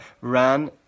ran